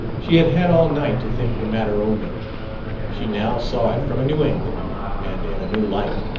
she had had all night to think the matter over she now saw it from a new angle and in a new light.